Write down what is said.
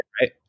right